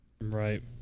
Right